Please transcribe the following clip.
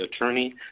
attorney